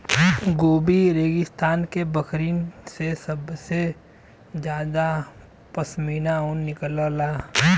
Gobi रेगिस्तान के बकरिन से सबसे जादा पश्मीना ऊन निकलला